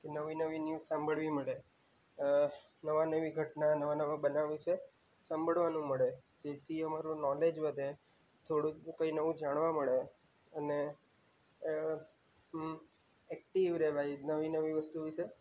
નવી નવી ન્યૂઝ સાંભળવી મળે નવા નવી ઘટના નવા નવા બનાવો વિશે સાંભળવાનું મળે જેથી અમારું નોલેજ વધે થોડું કંઈ નવું જાણવા મળે અને એક્ટિવ રહેવાય નવી નવી વસ્તુ વિશે